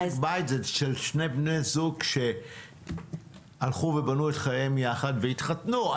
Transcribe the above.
משק בית זה של שני בני זוג שהלכו ובנו את חייהם יחד והתחתנו.